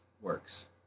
works